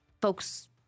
folks